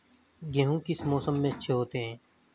गेहूँ किस मौसम में अच्छे होते हैं?